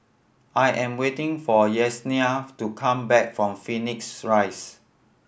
I am waiting for Yesenia to come back from Phoenix Rise